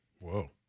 Whoa